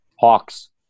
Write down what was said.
Hawks